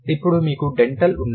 అప్పుడు మీకు డెంటల్ ఉన్నాయి